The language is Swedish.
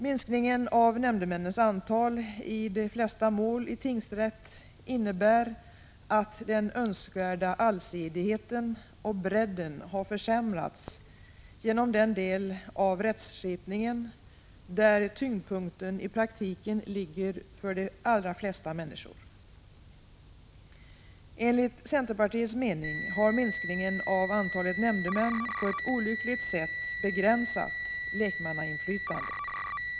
Minskningen av nämndemännens antal i de flesta mål i tingsrätt innebär att den önskvärda allsidigheten och bredden har försämrats genom den del av rättsskipningen där tyngdpunkten i praktiken ligger för de allra flesta människor. Enligt centerpartiets mening har minskningen av antalet nämndemän på ett olyckligt sätt begränsat lekmannainflytandet.